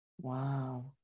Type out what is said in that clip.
wow